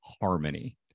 harmony